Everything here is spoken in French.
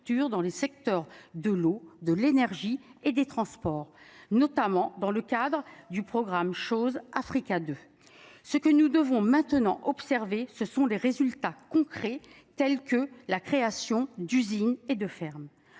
dans les secteurs de l'eau, de l'énergie et des transports, notamment dans le cadre du programme chose Africa de ce que nous devons maintenant observer ce sont des résultats concrets, tels que la création d'usines et de ferme.